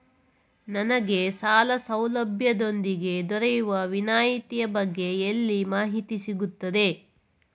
ನನಗೆ ಸಾಲ ಸೌಲಭ್ಯದೊಂದಿಗೆ ದೊರೆಯುವ ವಿನಾಯತಿಯ ಬಗ್ಗೆ ಎಲ್ಲಿ ಮಾಹಿತಿ ಸಿಗುತ್ತದೆ?